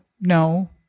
No